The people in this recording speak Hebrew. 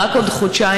ורק עוד חודשיים,